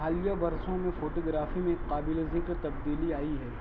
حالیہ برسوں میں فوٹوگرافی میں قابل ذکر تبدیلی آئی ہے